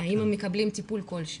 האם הם מקבלים טיפול כלשהו.